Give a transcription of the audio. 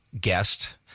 guest